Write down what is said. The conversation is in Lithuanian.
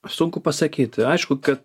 sunku pasakyt aišku kad